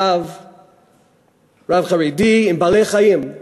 רב חרדי, עם בעלי-חיים?